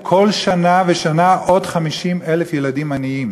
בכל שנה ושנה עוד 50,000 ילדים עניים,